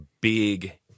big